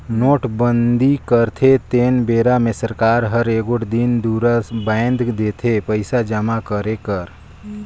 नोटबंदी करथे तेन बेरा मे सरकार हर एगोट दिन दुरा बांएध देथे पइसा जमा करे कर